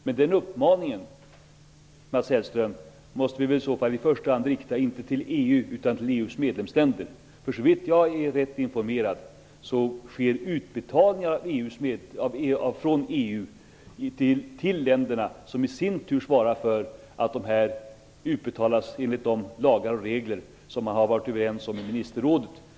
Men den uppmaningen, Mats Hellström, skall vi väl inte i första hand rikta till EU utan till EU:s medlemsländer. Om jag är rätt informerad sker utbetalningar av medel från EU till länderna som i sin tur svarar för att dessa medel utbetalas enligt de lagar och regler som man har varit överens om i ministerrådet.